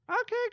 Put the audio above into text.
Okay